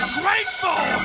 grateful